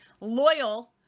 loyal